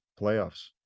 playoffs